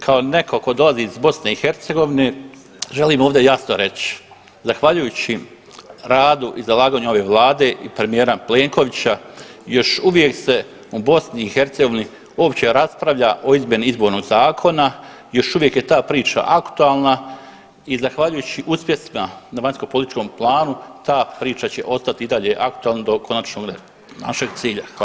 Kao neko ko dolazi iz BiH želim ovdje jasno reći, zahvaljujući radu i zalaganju ove vlade i premijera Plenkovića još uvijek se u BiH uopće raspravlja o izmjeni izbornog zakona, još uvijek je ta priča aktualna i zahvaljujući uspjesima na vanjskopolitičkom planu ta priča će i dalje ostati aktualna do konačnog našeg cilja.